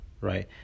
right